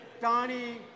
Donnie